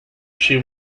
she